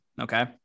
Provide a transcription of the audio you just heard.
Okay